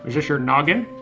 is this your noggin?